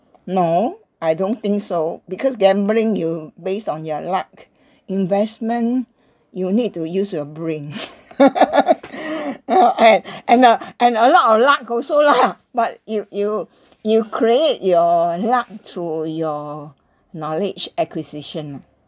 no I don't think so because gambling you based on your luck investment you'll need to use your brain you know and and (uh)and a lot of luck also lah but you you you create your luck through your knowledge acquisition ah